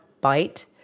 bite